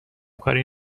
کاری